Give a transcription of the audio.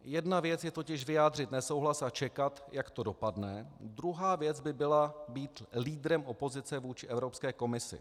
Jedna věc je totiž vyjádřit nesouhlas a čekat, jak to dopadne, druhá věc by byla být lídrem opozice vůči Evropské komisi.